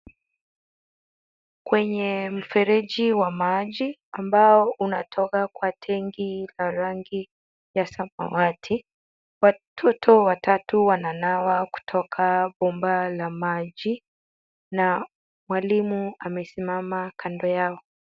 Kwenye mfereji wa maji, ambao unatoka kwa tangi la rangi ya samawati . Watoto watatu, wananawa kutoka bomba la maji na mwalimu amesimama kando yao.